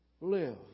live